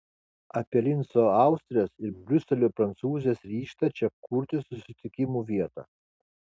apie linco austrės ir briuselio prancūzės ryžtą čia kurti susitikimų vietą